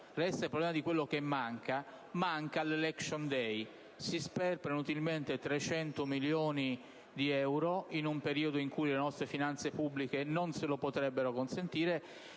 Resta il problema di quello che manca, ossia l'*election day*. Si sperperano 300 milioni di euro in un periodo in cui le nostre finanze pubbliche non se lo potrebbero permettere